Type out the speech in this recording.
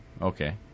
Okay